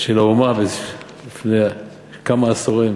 של האומה לפני כמה עשורים,